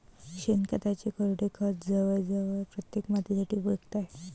शेणखताचे कोरडे खत जवळजवळ प्रत्येक मातीसाठी उपयुक्त आहे